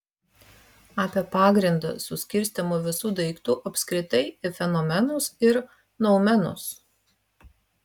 apie pagrindą suskirstymo visų daiktų apskritai į fenomenus ir noumenus